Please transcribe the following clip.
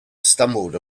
stumbled